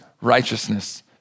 righteousness